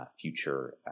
future